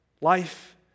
life